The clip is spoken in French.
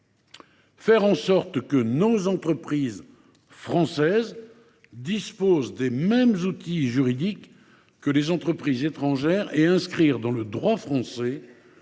faire en sorte que les entreprises françaises disposent des mêmes outils juridiques que les entreprises étrangères en inscrivant dans le droit français